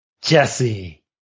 Jesse